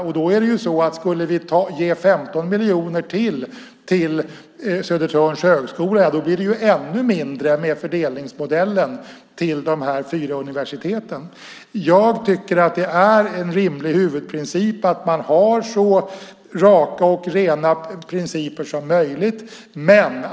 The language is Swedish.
Om vi ger 15 miljoner ytterligare till Södertörns högskola blir det med fördelningsmodellen ännu mindre till de fyra universiteten. Jag tycker att det är en rimlig huvudprincip att man har så raka och rena principer som möjligt.